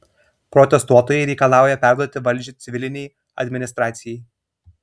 protestuotojai reikalauja perduoti valdžią civilinei administracijai